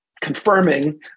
confirming